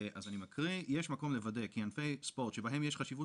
אז אני מקריא: "יש מקום לוודא כי ענפי ספורט שבהם יש חשיבות